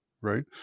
right